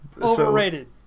overrated